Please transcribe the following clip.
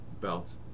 belt